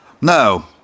No